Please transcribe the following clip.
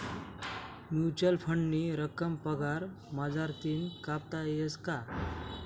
Mutual फंडनी रक्कम पगार मझारतीन कापता येस का?